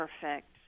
perfect